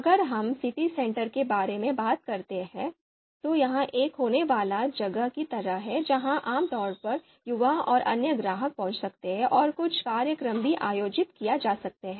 अगर हम city centre के बारे में बात करते हैं तो यह एक होने वाली जगह की तरह है जहां आमतौर पर युवा और अन्य ग्राहक पहुंच सकते हैं और कुछ कार्यक्रम भी आयोजित किए जा सकते हैं